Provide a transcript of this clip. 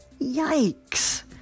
Yikes